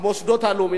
המוסדות הלאומיים.